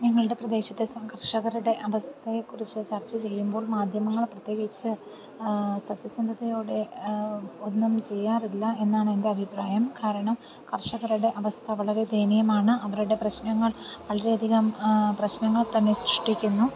നിങ്ങളുടെ പ്രദേശത്തെ കർഷകരുടെ അവസ്ഥയെ കുറിച്ച് ചർച്ച ചെയ്യുമ്പോൾ മാധ്യമങ്ങളെ പ്രതേകിച്ച് സത്യസന്ധതയോടെ ഒന്നും ചെയ്യാറില്ല എന്നാണ് എൻ്റെ അഭിപ്രായം കാരണം കർഷകരുടെ അവസ്ഥ വളരെ ദയനീയമാണ് അവരുടെ പ്രശ്നങ്ങൾ വളരെ അധികം പ്രശ്നങ്ങൾ തന്നെ സൃഷ്ടിക്കുന്നു